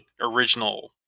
original